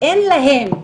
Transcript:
אין להם,